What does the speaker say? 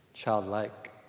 childlike